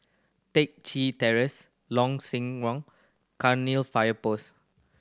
Teck Chye Terrace Long Sinaran Cairnill Fire Post